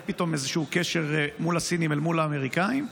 פתאום איזשהו קשר מול הסינים אל מול האמריקאים,